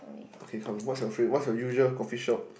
okay come what's your fave~ your usual coffeeshop